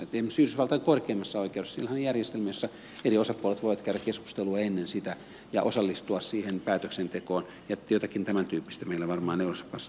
esimerkiksi yhdysvaltain korkeimmassa oikeudessahan on järjestelmä jossa eri osapuolet voivat käydä keskustelua ennen sitä ja osallistua siihen päätöksentekoon ja jotakin tämäntyyppistä meillä varmaan euroopassa tarvittaisiin